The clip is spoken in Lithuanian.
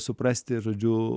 suprasti žodžiu